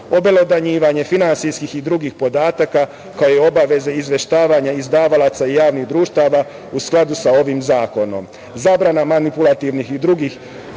obelodanjivanje finansijskih i drugih podataka, kao i obaveze izveštavanja izdavalaca javnih društava u skladu sa ovim zakonom, zabrana manipulativnih i drugih